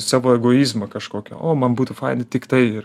savo egoizmą kažkokio o man būtų faina tiktai ir